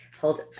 Hold